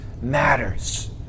matters